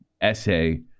essay